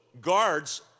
guards